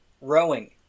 rowing